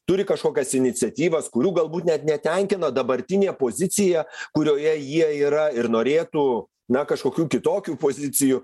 turi kažkokias iniciatyvas kurių galbūt net netenkina dabartinė pozicija kurioje jie yra ir norėtų na kažkokių kitokių pozicijų